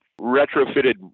retrofitted